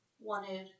wanted